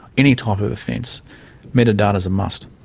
any type of offence metadata's a must.